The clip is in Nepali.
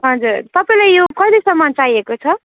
हजुर तपाईँलाई यो कहिलेसम्म चाहिएको छ